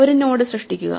ഒരു നോഡ് സൃഷ്ടിക്കുക